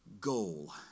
goal